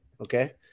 okay